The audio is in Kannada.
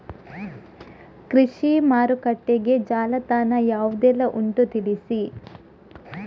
ಕೃಷಿ ಮಾರುಕಟ್ಟೆಗೆ ಜಾಲತಾಣ ಯಾವುದೆಲ್ಲ ಉಂಟು ತಿಳಿಸಿ